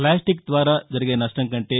plastic ద్వారా జరిగే నష్టం కంటే